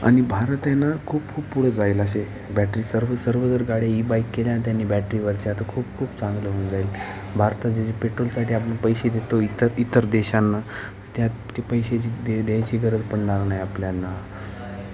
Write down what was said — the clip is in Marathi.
आणि भारत आहे ना खूप खूप पुढे जाईल असे बॅटरी सर्व सर्व जर गाडी ही बाईक केल्याने त्यांनी बॅटरीवरचे आता खूप खूप चांगलं होऊन जाईल भारतात जर जे पेट्रोलसाठी आपण पैसे देतो इतर इतर देशांना त्यात ते पैशेची दे द्यायची गरजपण लागली नाही आपल्याला